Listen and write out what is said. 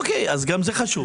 אוקיי, אז גם זה חשוב.